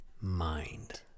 mind